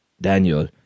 Daniel